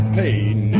pain